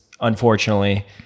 unfortunately